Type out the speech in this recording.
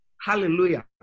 Hallelujah